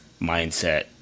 mindset